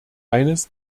eines